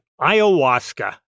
ayahuasca